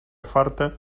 farta